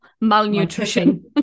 malnutrition